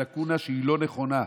לקונה שהיא לא נכונה,